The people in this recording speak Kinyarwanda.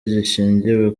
gishingiye